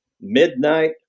midnight